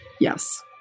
yes